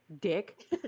dick